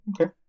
okay